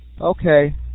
Okay